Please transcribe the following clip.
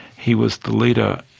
he was the leader,